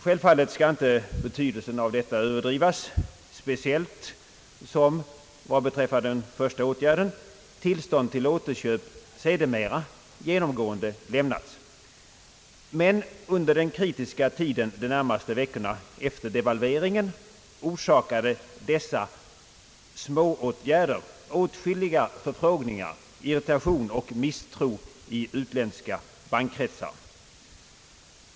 Självfallet skall inte betydelsen av detta överdrivas, speciellt som vad beträffar den första åtgärden tillstånd till återköp sedermera genomgående lämnats, men under den kritiska tiden de närmaste veckorna efter devalveringen orsakade dessa smååtgärder åtskilliga förfrågningar, irritation och misstro i utländska bankkretsar.